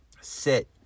sit